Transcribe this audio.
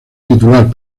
titular